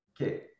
okay